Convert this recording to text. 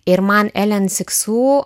ir man elen siksu